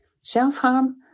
self-harm